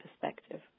perspective